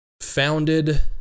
Founded